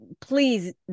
please